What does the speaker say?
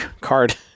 card